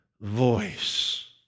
voice